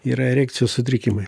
yra erekcijos sutrikimai